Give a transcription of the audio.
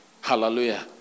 Hallelujah